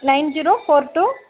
nine zero four two